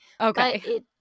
Okay